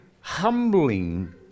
humbling